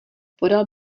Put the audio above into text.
podal